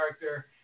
character